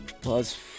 Plus